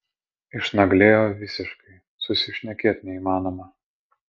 išnaglėjo visiškai susišnekėt neįmanoma